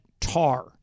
Tar